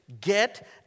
Get